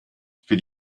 für